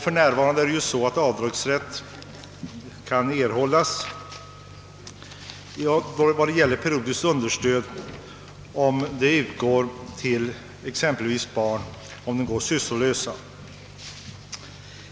För närvarande kan sådan avdragsrätt erhållas då periodiskt understöd utgår till exempelvis barn som går sysslolösa.